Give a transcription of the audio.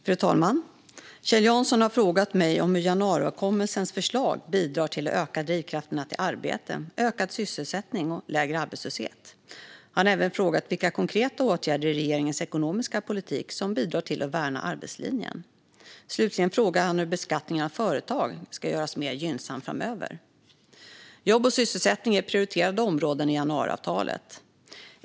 Fru talman! Kjell Jansson har frågat mig om hur januariöverenskommelsens förslag bidrar till att öka drivkrafterna till arbete, ökad sysselsättning och lägre arbetslöshet. Han har även frågat vilka konkreta åtgärder i regeringens ekonomiska politik som bidrar till att värna arbetslinjen. Slutligen frågar han hur beskattningen av företag ska göras mer gynnsam framöver. Jobb och sysselsättning är prioriterade områden i januariavtalet.